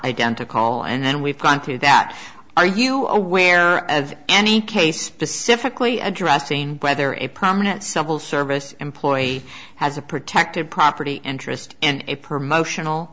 identical and then we've gone through that are you aware of any case specifically addressing whether a prominent civil service employee has a protected property interest in a promotional